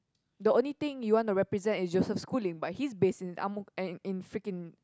the only thing you want to represent is Joseph-Schooling but he's based in Ang-Mo in freaking